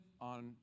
on